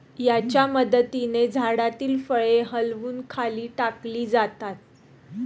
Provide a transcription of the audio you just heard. याच्या मदतीने झाडातील फळे हलवून खाली टाकली जातात